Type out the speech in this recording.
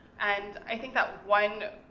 and i think that one,